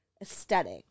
Aesthetic